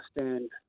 understand